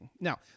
Now